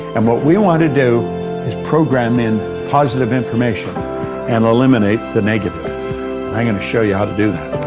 and what we want to do is program in positive information and eliminate the negative, and i'm going to show you how to do that.